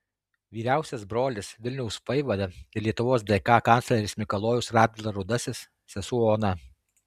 vyriausias brolis vilniaus vaivada ir lietuvos dk kancleris mikalojus radvila rudasis sesuo ona